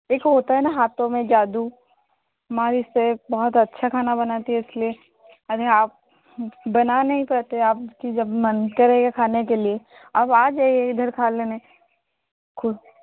एक होता है ना हाथों मे जादू हमारी सेफ बहुत अच्छा खाना बनाती है इस लिए यानी आप बना नहीं पाते आप की जब मन करेगा खाने के लिए आप आ जाइए इधर खा लेने ख़ुद